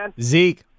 zeke